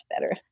better